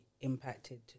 impacted